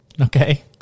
Okay